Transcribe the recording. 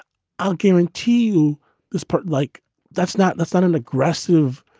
i'll guarantee you there's like that's not the sun an aggressive,